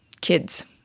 Kids